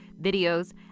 videos